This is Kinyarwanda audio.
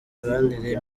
mibanire